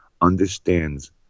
understands